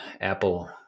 Apple